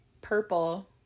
Purple